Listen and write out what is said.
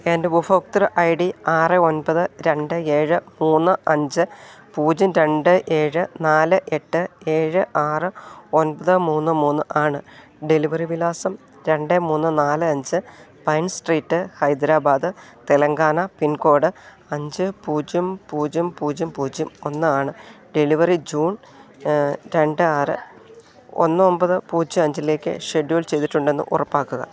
എന്റെ ഉപഭോക്തൃ I D ആറ് ഒന്പത് രണ്ട് ഏഴ് മൂന്ന് അഞ്ച് പൂജ്യം രണ്ട് ഏഴ് നാല് എട്ട് ഏഴ് ആറ് ഒന്പത് മൂന്ന് മൂന്ന് ആണ് ഡെലിവറി വിലാസം രണ്ട് മൂന്ന് നാല് അഞ്ച് pine street Hyderabad Telangana pincode അഞ്ച് പൂജ്യം പൂജ്യം പൂജ്യം പൂജ്യം ഒന്നാണ് ഡെലിവറി ജൂൺ രണ്ട് ആറ് ഒന്ന് ഒമ്പത് പൂജ്യം അഞ്ചിലേക്ക് ഷെഡ്യൂൾ ചെയ്തിട്ടുണ്ടെന്ന് ഉറപ്പാക്കുക